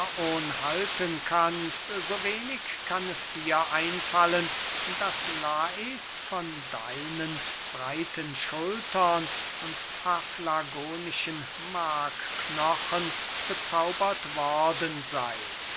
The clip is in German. faon halten kannst so wenig kann es dir einfallen daß lais von deinen breiten schultern und paflagonischen markknochen bezaubert worden sey